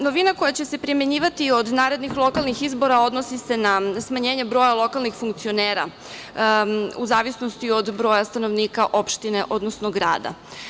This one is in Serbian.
Novina koja će se primenjivati od narednih lokalnih izbora odnosi se na smanjenje broja lokalnih funkcionera u zavisnosti od broja stanovnika opštine, odnosno grada.